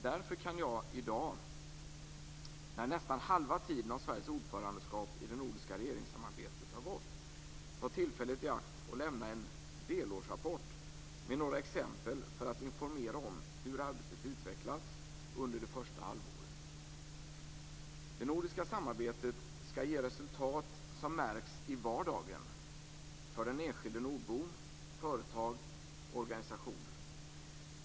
Därför kan jag i dag, när nästan halva tiden av Sveriges ordförandeskap i det nordiska regeringssamarbetet har gått, ta tillfället i akt och lämna en delårsrapport med några exempel för att informera om hur arbetet utvecklats under det första halvåret. Det nordiska samarbetet skall ge resultat som märks i vardagen för den enskilde nordbon, företag och organisationer.